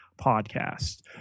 podcast